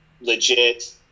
legit